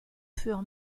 furent